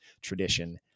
tradition